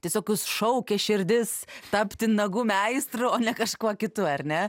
tiesiog jus šaukia širdis tapti nagų meistru o ne kažkuo kitu ar ne